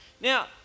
Now